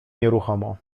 nieruchomo